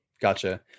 Gotcha